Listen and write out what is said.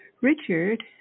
Richard